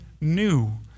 new